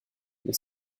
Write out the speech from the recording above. mais